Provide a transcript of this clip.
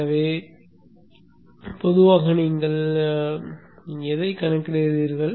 எனவே பொதுவாக நீங்கள் எதைக் கணக்கிடுகிறீர்கள்